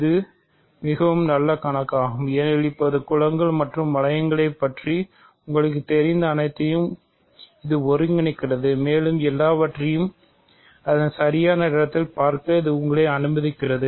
இது மிகவும் நல்ல கணக்காகும் ஏனெனில் இப்போது குலங்கள் மற்றும் வளையங்களைப் பற்றி உங்களுக்குத் தெரிந்த அனைத்தையும் இது ஒருங்கிணைக்கிறது மேலும் எல்லாவற்றையும் அதன் சரியான இடத்தில் பார்க்க இது உங்களை அனுமதிக்கிறது